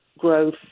Growth